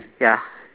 ya